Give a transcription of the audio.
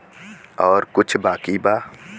और कुछ बाकी बा?